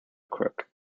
crook